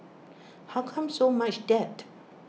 how come so much debt